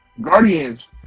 Guardians